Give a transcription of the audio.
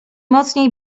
mocniej